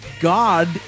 God